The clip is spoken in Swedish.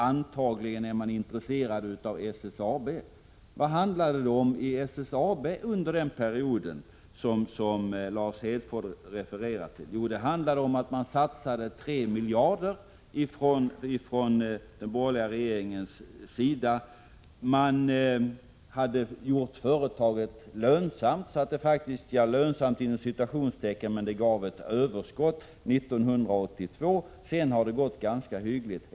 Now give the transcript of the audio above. Antagligen är man intresserad av debatten om SSAB. Vad skedde då i SSAB under den period som Lars Hedfors har refererat till? Jo, den borgerliga regeringen satsade 3 miljarder kronor. Företaget hade gjorts ”lönsamt” — så att det faktiskt gav ett överskott 1982. Sedan har det gått ganska hyggligt.